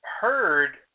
heard